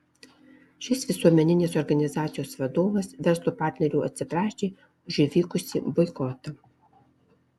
šis visuomeninės organizacijos vadovas verslo partnerių atsiprašė už įvykusį boikotą